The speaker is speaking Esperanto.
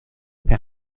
per